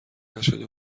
نشده